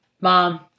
Mom